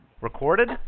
Recorded